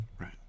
Right